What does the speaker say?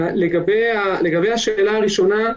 לגבי השאלה הראשונה,